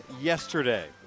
yesterday